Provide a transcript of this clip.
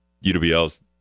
UWL's